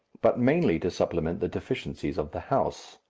but mainly to supplement the deficiencies of the house.